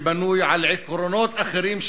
שבנוי על עקרונות אחרים,